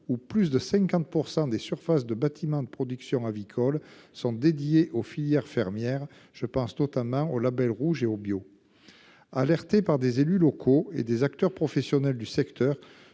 ou plus de 50% des surfaces de bâtiment de production avicole sont dédiés aux filières fermière. Je pense notamment au Label rouge et au bio. Alertés par des élus locaux et des acteurs professionnels du secteur.